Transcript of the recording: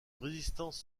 résistance